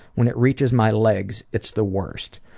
when it reaches my legs it's the worst.